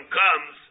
comes